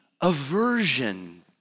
aversion